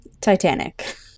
Titanic